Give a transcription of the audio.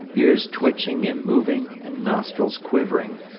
ears twitching and moving and nostrils quivering,